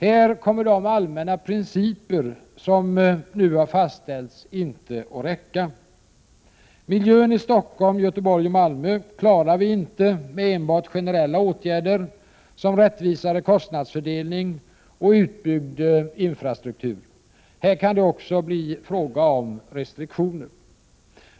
Här kommer de allmänna principer som nu har fastställts inte att räcka. Miljön i Stockholm, Göteborg och Malmö klarar vi inte med enbart generella åtgärder som rättvisare kostnads fördelning och utbyggd infrastruktur. Här kan det också bli fråga om restriktioner.